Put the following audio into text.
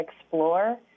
explore